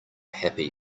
happy